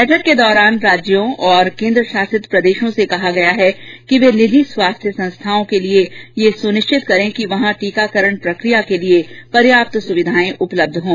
बैठक के दौरान राज्यों और केन्द्र शासित प्रदेशों से कहा गया है कि वे निजी स्वास्थ्य संस्थाओं के लिए यह सुनिश्चित बनाये कि वहां टीकाकरण प्रक्रिया के लिए पर्याप्त सुविधाएं उपलब्ध हों